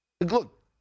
look